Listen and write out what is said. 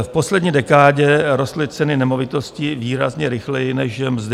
V poslední dekádě rostly ceny nemovitostí výrazně rychleji než mzdy.